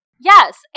Yes